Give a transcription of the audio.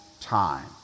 time